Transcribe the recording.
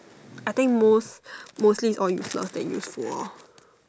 I think most mostly it's all useless that use for